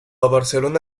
barcelona